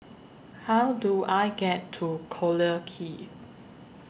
How Do I get to Collyer Quay